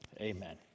Amen